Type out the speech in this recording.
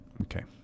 Okay